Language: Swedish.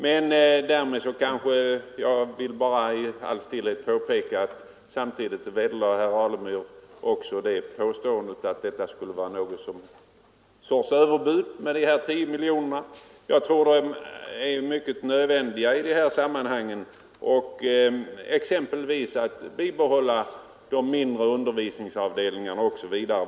Men jag vill bara i all stillhet påpeka att samtidigt vederlade herr Alemyr påståendet att de här 10 miljonerna skulle vara någon sorts överbud. Jag tror att pengarna är mycket nödvändiga i dessa sammanhang, exempelvis när det gäller att bibehålla de mindre undervisningsavdelningarna.